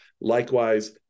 Likewise